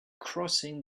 crossing